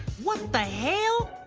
what the hell?